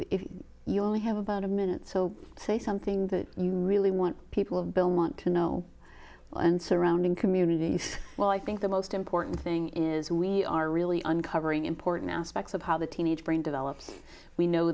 you only have about a minute so say something that you really want people bill want to know well and surrounding communities well i think the most important thing is we are really uncovering important aspects of how the teenage brain develops we know